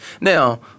Now